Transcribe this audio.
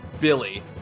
Billy